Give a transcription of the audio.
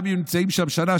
גם אם נמצאים שם שנה,